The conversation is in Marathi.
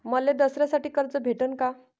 मले दसऱ्यासाठी कर्ज भेटन का?